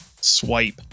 swipe